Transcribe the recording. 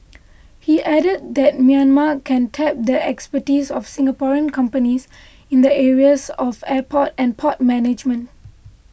he added that Myanmar can tap the expertise of Singaporean companies in the areas of airport and port management